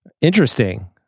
interesting